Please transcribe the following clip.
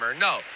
no